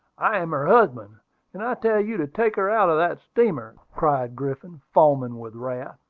i am her husband and i tell you to take her out of that steamer, cried griffin, foaming with wrath.